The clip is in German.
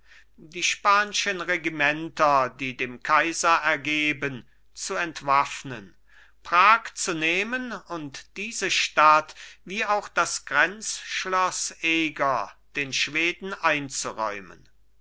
die spanschen regimenter die dem kaiser ergeben zu entwaffnen prag zu nehmen und diese stadt wie auch das grenzschloß eger den schweden einzuräumen